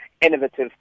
innovative